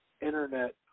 Internet